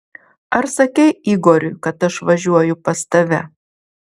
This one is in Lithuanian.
ar sakei igoriui kad aš važiuoju pas tave